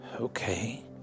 Okay